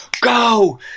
go